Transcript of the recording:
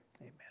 amen